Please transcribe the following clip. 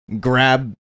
grab